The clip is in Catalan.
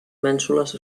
mènsules